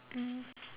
um